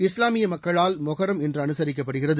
இஸ்லாமிய மக்களால் மொகரம் இன்று அனுசரிக்கப்படுகிறது